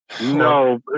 no